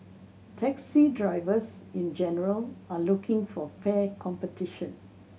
taxi drivers in general are looking for fair competition